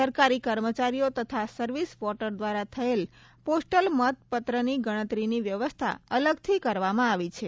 સરકારી કર્મચારીઓ તથા સર્વિસ વોટર દ્વારા થયેલ પોસ્ટલ મતપત્રની ગણતરીની વ્યવસ્થા અલગથી કરવામાં આવી છે